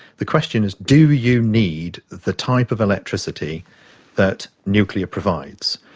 the question is do you need the type of electricity that nuclear provides?